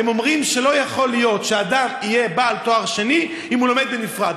הם אומרים שלא יכול להיות שאדם יהיה בעל תואר שני אם הוא לומד בנפרד.